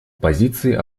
позиции